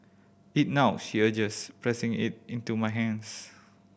eat now she urges pressing it into my hands